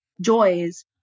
joys